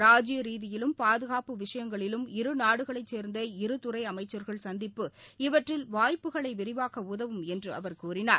ராஜீய ரீதியிலும் பாதுகாப்பு விஷயங்களிலும் இரு நாடுகளைச் சேர்ந்த இரு துறை அமைச்சர்கள் சந்திப்பு இவற்றில் வாய்ப்புகளை விரிவாக்க உதவும் என்று அவர் கூறினார்